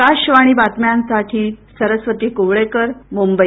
आकाशवाणी बातम्यांसाठी सरस्वती कुवळेकर मुंबई